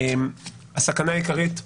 הסכנה העיקרית שנשמעת,